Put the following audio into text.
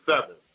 seven